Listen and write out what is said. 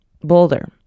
Boulder